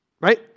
right